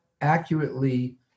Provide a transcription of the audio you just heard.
accurately